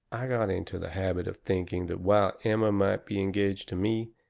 i got into the habit of thinking that while emma might be engaged to me,